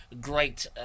great